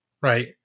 right